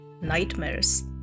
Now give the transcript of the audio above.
nightmares